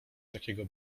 takiego